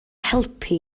helpu